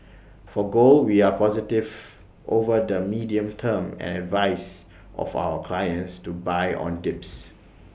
for gold we are positive over the medium term and advise of our clients to buy on dips